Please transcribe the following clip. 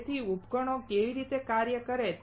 તેથી ઉપકરણ કેવી રીતે કાર્ય કરે છે